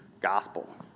gospel